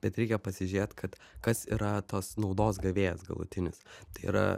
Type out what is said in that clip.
bet reikia pasižiūrėt kad kas yra tos naudos gavėjas galutinis tai yra